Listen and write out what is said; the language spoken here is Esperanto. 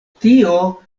tio